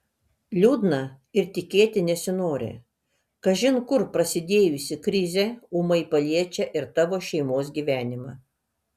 liūdna ir tikėti nesinori kažin kur prasidėjusi krizė ūmai paliečia ir tavo šeimos gyvenimą